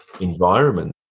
environment